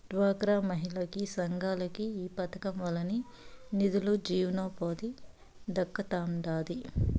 డ్వాక్రా మహిళలకి, సంఘాలకి ఈ పదకం వల్లనే నిదులు, జీవనోపాధి దక్కతండాడి